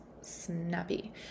snappy